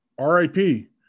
RIP